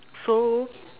so